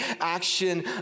action